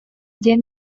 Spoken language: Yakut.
диэн